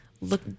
Look